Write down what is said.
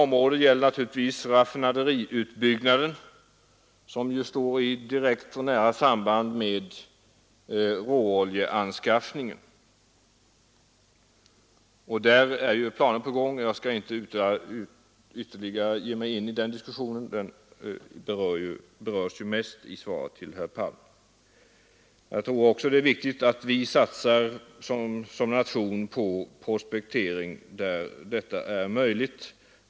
Detsamma gäller naturligtvis raffinaderiutbyggnaden, som har direkt och nära samband med råoljeanskaffningen. Där är planer på gång, men jag skall inte ge mig in i den diskussionen — den berörs mest i svaret till herr Palm. Jag tror också att det är viktigt att vi som nation satsar på prospektering där sådan är möjlig.